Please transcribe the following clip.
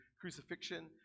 crucifixion